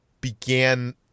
began